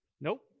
Nope